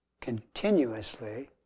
continuously